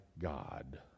God